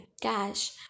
Cash